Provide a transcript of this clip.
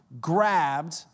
grabbed